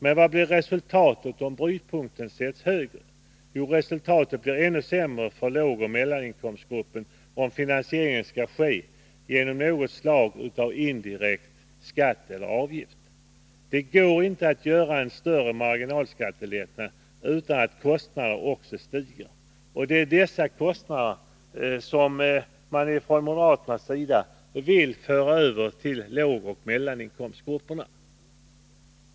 Men vad blir resultatet om brytpunkten sätts högre? Jo, resultatet blir ännu sämre för lågoch mellaninkomstgruppen, om finansieringen skall ske genom något slag av indirekt skatt eller avgift. Det går inte att göra en än större marginalskattelättnad utan att kostnaderna också stiger. Och dessa kostnader vill moderaterna föra över till lågoch mellaninkomstgrupperna.